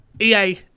EA